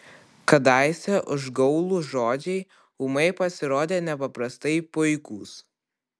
kadaise užgaulūs žodžiai ūmai pasirodė nepaprastai puikūs